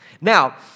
Now